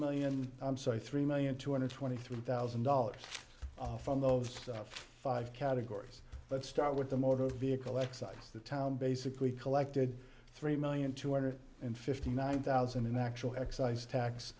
million i'm sorry three million two hundred twenty three thousand dollars from those five categories let's start with the motor vehicle excise the town basically collected three million two hundred and fifty nine thousand in actual excise tax